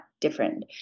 different